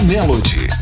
Melody